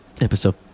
episode